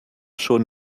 schon